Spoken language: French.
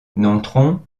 nontron